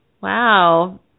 Wow